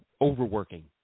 overworking